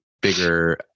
bigger